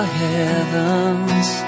heavens